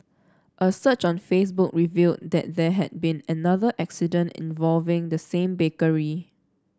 a search on Facebook revealed that there had been another incident involving the same bakery